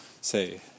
say